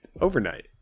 overnight